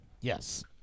Yes